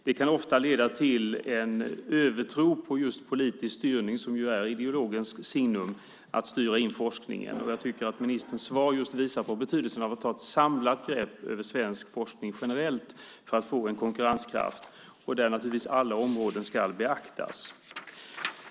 Det kan ofta leda till en övertro på just politisk styrning av forskningen, som ju är ideologens signum. Jag tycker att ministerns svar visar på betydelsen av att ha ett samlat grepp över svensk forskning generellt för att få en konkurrenskraft. Där ska naturligtvis alla områden beaktas.